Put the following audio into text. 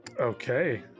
Okay